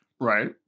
Right